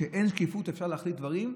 כשאין שקיפות אפשר להחליט דברים,